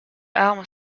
arme